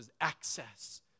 access